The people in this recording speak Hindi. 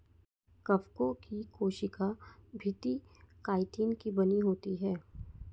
कवकों की कोशिका भित्ति काइटिन की बनी होती है